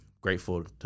grateful